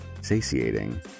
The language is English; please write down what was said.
satiating